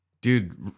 dude